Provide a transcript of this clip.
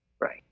Right